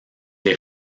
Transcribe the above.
les